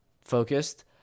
focused